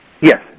Yes